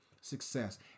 success